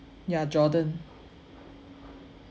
ya jordan